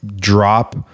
drop